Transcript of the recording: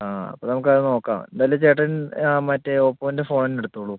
ആ അപ്പം നമുക്കത് നോക്കാം എന്തായാലും ചേട്ടൻ മറ്റേ ഓപ്പോൻ്റെ ഫോണുതന്നെ എടുത്തോളു